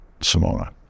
simona